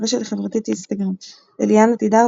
ברשת החברתית אינסטגרם אליאנה תדהר,